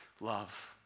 love